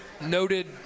noted